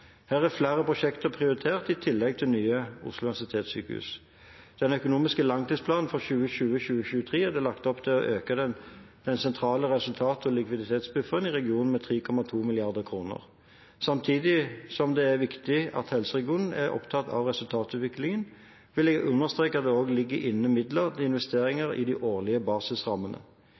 Her er flere prosjekter prioritert i tillegg til Nye Oslo universitetssykehus. I den økonomiske langtidsplanen for 2020–2023 er det lagt opp til å øke den sentrale resultats- og likviditetsbufferen i regionen med 3,2 mrd. kr. Samtidig som det er viktig at helseregionene er opptatt av resultatutviklingen, vil jeg understreke at det også ligger inne midler til investeringer i de årlige basisrammene.